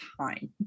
time